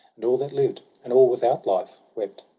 and all that lived, and all without life, wept.